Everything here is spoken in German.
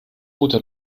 guter